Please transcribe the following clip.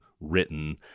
written